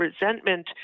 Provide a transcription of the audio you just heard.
resentment